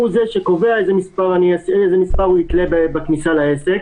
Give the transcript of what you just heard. הוא זה שקובע איזה מספר הוא יתלה כניסה לעסק.